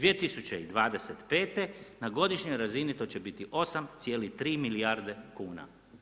2025. na godišnjoj razini to će biti 8,3 milijarde kuna.